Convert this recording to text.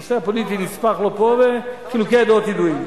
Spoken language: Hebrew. הנושא הפוליטי, חילוקי הדעות ידועים.